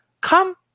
Come